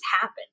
happen